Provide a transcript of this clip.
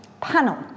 panel